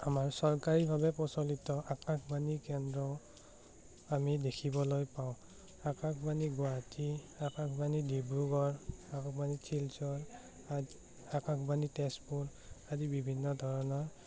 আমাৰ চৰকাৰীভাৱে প্ৰচলিত আকাশবাণী কেন্দ্ৰ আমি দেখিবলৈ পাওঁ আকাশবাণী গুৱাহাটী আকাশবাণী ডিব্ৰুগড় আকাশবাণী চিলচৰ আ আকাশবাণী তেজপুৰ আদি বিভিন্ন ধৰণৰ